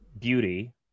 Beauty